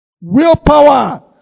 Willpower